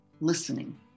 listening